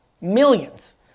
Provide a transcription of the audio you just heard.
millions